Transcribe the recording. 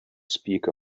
speak